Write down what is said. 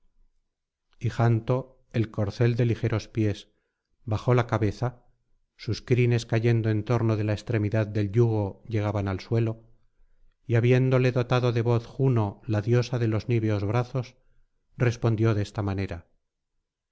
y janto el corcel de ligeros pies bajó la cabeza sus crines cayendo en torno de la extremidad del yugo llegaban al suelo y habiéndole dotado de voz juno la diosa de los niveos brazos respondió de esta manera